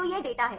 तो यह डेटा है